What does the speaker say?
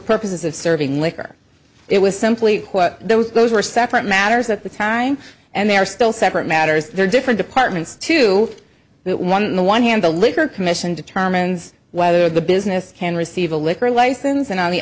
purposes of serving liquor it was simply those those were separate matters at the time and they are still separate matters there are different departments to that one the one hand the liquor commission determines whether the business can receive a liquor license and on the